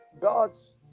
God's